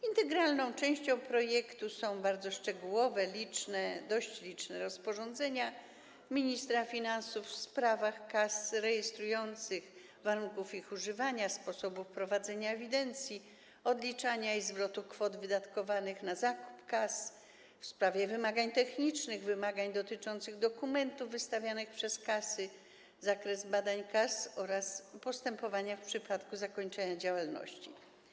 Integralną częścią projektu są bardzo szczegółowe, dość liczne rozporządzenia ministra finansów w sprawach kas rejestrujących, warunków ich używania, sposobu prowadzenia ewidencji, obliczania i zwrotu kwot wydatkowanych na zakup, w sprawie wymagań technicznych, wymagań dotyczących dokumentów wystawianych przez kasy, zakresu badań kas oraz postępowania w przypadku zakończenia działalności.